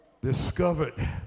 discovered